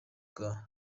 bwa